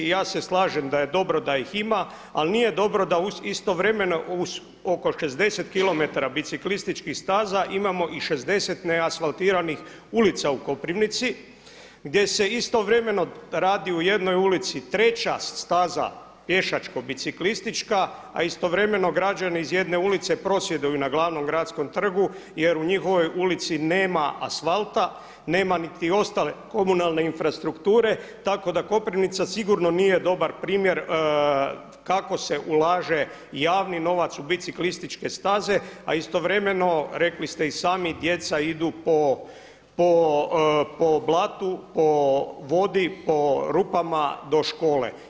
I ja se slažem da je dobro da ih ima ali nije dobro da istovremeno uz oko 60km biciklističkih staza imamo i 60 neasvaltiranih ulica u Koprivnici gdje se istovremeno radi u jednoj ulici treća staza pješačko biciklistička a istovremeno građani iz jedne ulice prosvjeduju na glavnom gradskom trgu jer u njihovoj ulici nema asfalta, nema niti ostale komunalne infrastrukture tako da Koprivnica sigurno nije dobar primjer kako se ulaže javni novac u biciklističke staze a istovremeno rekli ste i sami djeca idu po blatu, po vodi, po rupama do škole.